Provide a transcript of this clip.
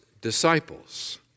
disciples